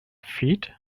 feet